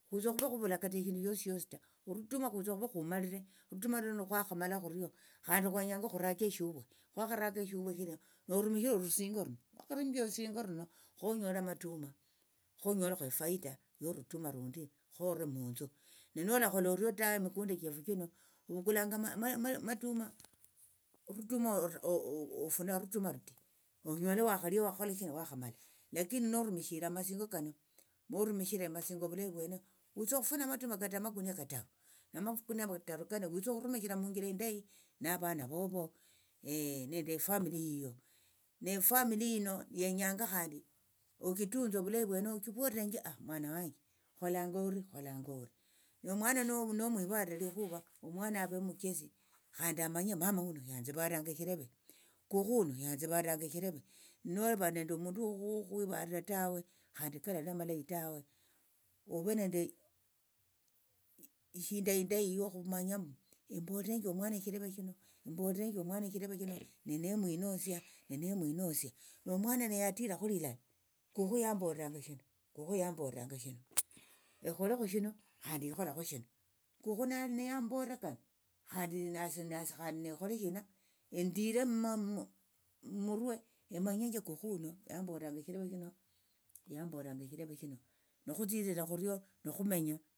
Khwitsokhuva khuvula kata eshindu shosi shosi ta orutuma khwitsa okhuva khumalire orutuma runo nikhwamala khurio khandi khwenyanga khurake eshuvwe khwakharaka eshuvwe shilia norumishira orusingo runo wakharumishira rusingo runo khonyole amatuma khonyolekho efaita yorutuma rundi khore munthu nenolakhola orio tawe emikunda chefu chino huvukulanga amatuma orutuma ofunanga orutuma rutiii onyola onyola wakhalia wakhola shina wakhamala lakini norumishire amasingo kano morumishire amasingo ovulayi vwene witsa khufina matuma kata amakunia kataru namakunia kataru kano witsa okhurumishira munjira indayi navana vovo nende efamili yiyo nefamili yino yenyanga khandi ochitunze ovulayi vwene ochivolerenje mwana wanje kholanga ori kholanga ori nomwana nomwivalira likhuva omwana ave omuchesi khandi amanye mama huno yatsivaliranga eshileve kukhu huno yatsivaliranga eshileve nova nende omundu wakhukhwivalira tawe khandi kalali amalayi tawe ove nende ishinda indayi yokhumanya mbu imbolerenje omwana eshileve shino imbolerenje omwana eshileve shino nenomwenosia nenemwinosia nomwana neye atirakhu lilala kukhu yamboleranga shino kukhu yamboleranga shino ikhole shino khandi ikholakho shino kukhu niyambolera kano khandi nasi nasi khandi khole shina endire murder emanyenje kukhu huno yamboleranga eshileve shino yamboleranga eshileve shino nikhutsirira khurio nikhumenya.